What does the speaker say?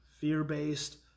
fear-based